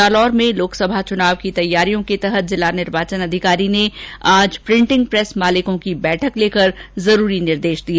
जालौर में लोकसभा चुनाव की तैयारियों के तहत जिला निर्वाचन अधिकारी ने प्रिंटिंग प्रेस मालिकों की बैठक लेकर जरूरी निर्देश दिए